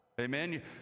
amen